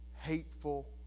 hateful